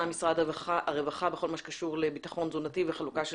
משרד הרווחה בכל מה שקשור לביטחון תזונתי וחלוקה של